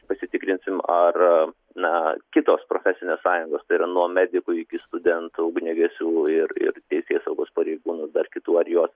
pasitikrinsim ar na kitos profesinės sąjungos tai yra nuo medikų iki studentų ugniagesių ir ir teisėsaugos pareigūnų dar kitų ar jos